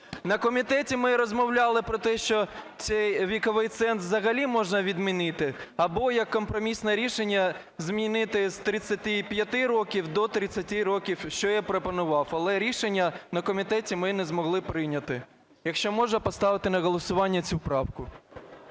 На комітеті ми розмовляли про те, що цей віковий ценз взагалі можна відмінити або як компромісне рішення змінити з 35 років до 30 років, що я і пропонував. Але рішення на комітеті ми не змогли прийняти. Якщо можна, поставити на голосування цю правку.